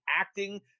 acting